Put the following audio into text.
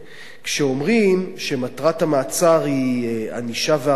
כשאומרים שמטרת המעצר היא ענישה והרתעה